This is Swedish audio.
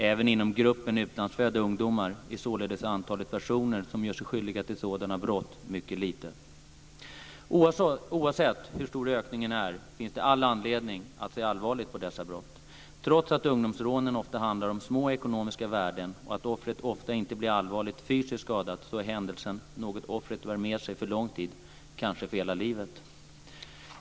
Även inom gruppen utlandsfödda ungdomar är således antalet personer som gör sig skyldiga till sådana brott mycket litet. Oavsett hur stor ökningen är finns det all anledning att se allvarligt på dessa brott. Trots att ungdomsrånen ofta handlar om små ekonomiska värden och att offret ofta inte blir allvarligt fysiskt skadat så är händelsen något offret bär med sig för lång tid, kanske för hela livet.